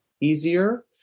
easier